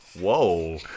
Whoa